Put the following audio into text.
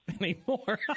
anymore